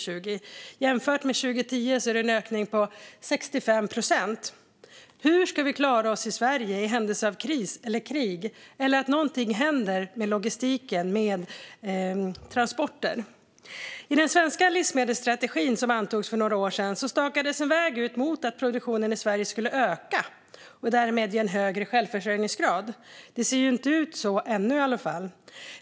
Jämfört med 2010 är det en ökning med 65 procent. Hur ska vi klara oss i Sverige i händelse av kris eller krig eller om någonting händer med logistiken, med transporterna? I den svenska livsmedelsstrategin som antogs för några år sedan stakades en väg ut mot att produktionen i Sverige skulle öka och därmed ge en högre självförsörjningsgrad. Det ser inte ut så än i alla fall.